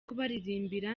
kubaririmbira